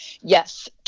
yes